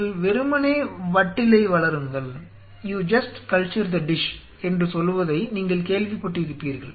நீங்கள் வெறுமனே வட்டிலை வளருங்கள் என்று சொல்வதை நீங்கள் கேள்விப்பட்டு இருப்பீர்கள்